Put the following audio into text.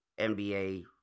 NBA